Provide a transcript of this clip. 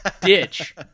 ditch